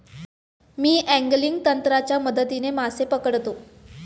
मी angling तंत्राच्या मदतीने मासे पकडतो